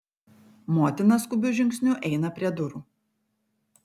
motina skubiu žingsniu eina prie durų